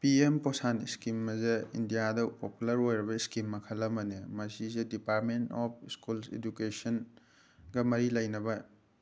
ꯄꯤ M Poshan scheme ꯑꯁꯦ ꯏꯟꯗꯤꯌꯥꯗ popular ꯑꯣꯏꯔꯕ ꯏꯁꯀꯤꯝ ꯃꯈꯜ ꯑꯃꯅꯦ ꯃꯁꯤꯁꯦ ꯗꯤꯄꯥꯔꯠꯃꯦꯟ ꯑꯣꯐ ꯁ꯭ꯀꯨꯜ ꯏꯗꯨꯀꯦꯁꯟꯒ ꯃꯔꯤ ꯂꯩꯅꯕ